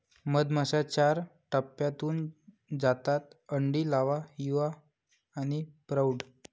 मधमाश्या चार टप्प्यांतून जातात अंडी, लावा, युवा आणि प्रौढ